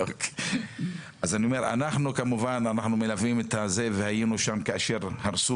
אנחנו כמובן מלוויים והיינו שם כאשר הרסו